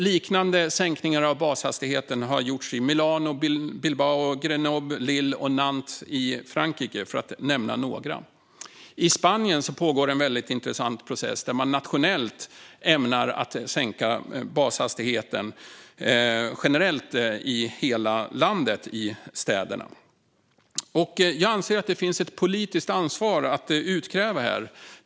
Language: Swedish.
Liknande sänkningar av bashastigheten har gjorts i Milano och Bilbao och i Grenoble, Lille och Nantes i Frankrike, för att nämna några. I Spanien pågår en intressant process där man ämnar sänka bashastigheten i alla landets städer. Jag anser att det finns ett politiskt ansvar att utkräva här.